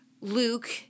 Luke